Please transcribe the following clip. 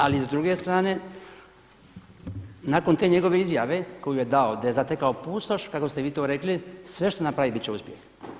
Ali s druge strane, nakon te njegove izjave koju je dao, da je zatekao pustoš, kako ste vi to rekli sve što napravi bit će uspjeh.